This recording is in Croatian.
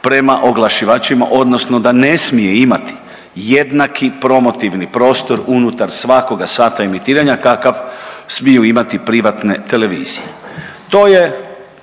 prema oglašivačima odnosno da ne smije imati jednaki promotivni prostor unutar svakoga sata emitiranja kakav smiju imati privatne televizije, to je